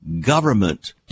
government